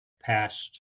past